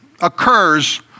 occurs